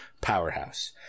powerhouse